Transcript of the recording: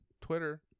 Twitter